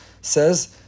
says